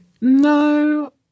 no